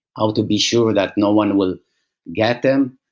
um to be sure that no one will get them.